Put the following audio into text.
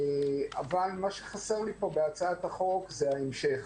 אבל מה שחסר לי פה בהצעת החוק זה ההמשך,